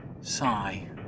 Sigh